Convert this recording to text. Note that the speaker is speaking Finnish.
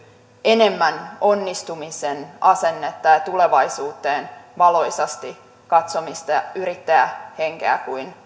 enemmän onnistumisen asennetta ja tulevaisuuteen valoisasti katsomista ja yrittäjähenkeä kuin